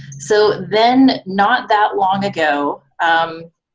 so then, not that long ago um